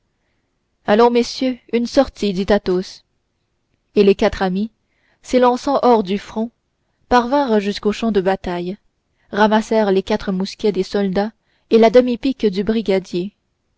allons messieurs une sortie dit athos et les quatre amis s'élançant hors du fort parvinrent jusqu'au champ de bataille ramassèrent les quatre mousquets des soldats et la demi pique du brigadier